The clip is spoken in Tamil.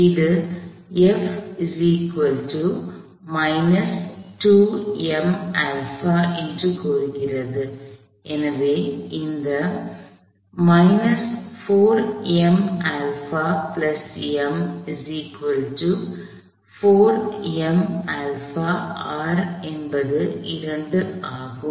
இது கூறுகிறது எனவே இந்த R என்பது 2 ஆகும்